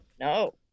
No